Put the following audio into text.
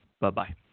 Bye-bye